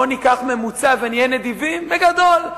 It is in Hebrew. בואו ניקח ממוצע ונהיה נדיבים בגדול,